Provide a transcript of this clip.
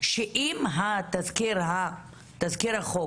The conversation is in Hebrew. שאם התסקיר,